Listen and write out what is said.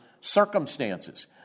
circumstances